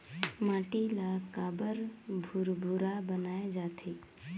माटी ला काबर भुरभुरा बनाय जाथे?